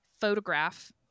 Photograph